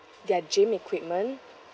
their gym equipment